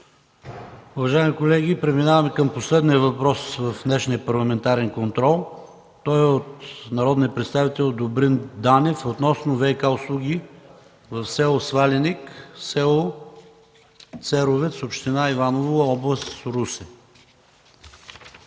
Уважаеми колеги, преминаваме към последния въпрос в днешния парламентарен контрол. Той е от народния представител Добрин Данев отново ВиК услуги в с. Сваленик и с. Церовец, община Иваново, област Русе.